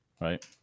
right